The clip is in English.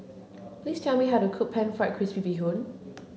please tell me how to cook pan fried crispy bee hoon